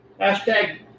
Hashtag